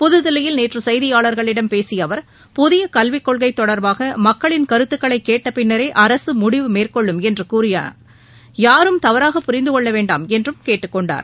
புதுதில்லியில் நேற்று செய்தியாளர்களிடம் பேசிய அவர் புதிய கல்விக்கொள்கை தொடர்பாக பொதுமக்களின் கருத்துக்களை கேட்ட பின்னரே அரக முடிவு மேற்கொள்ளும் என்று கூறிய அவர் யாரும் தவறாக புரிந்து கொள்ள வேண்டாம் என்று கேட்டுக்கொண்டார்